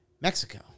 Mexico